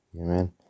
Amen